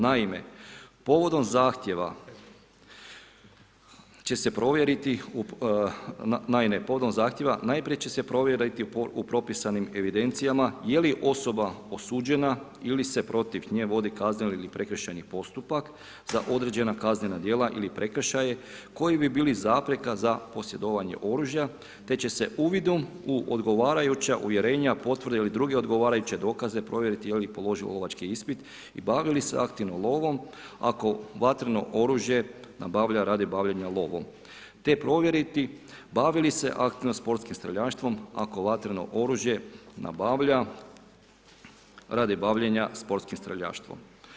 Naime povodom zahtjeva će se provjeriti, naime povodom zahtjeva najprije će se provjeriti u propisanim evidencijama je li osoba osuđena ili se protiv nje vodi kazneni ili prekršajni postupak za određena kaznena djela ili prekršaje koji bi bili zapreka za posjedovanje oružja te će se uvidom u odgovarajuća uvjerenja, potvrde ili druga odgovarajuće dokaze provjeriti je li položila lovački ispit i bavi li se aktivno lovom ako vatreno oružje nabavlja radi bavljenja lovom te provjeriti bavi li se aktivno sportskim streljaštvom ako vatreno oružje nabavlja radi bavljenja sportskim streljaštvom.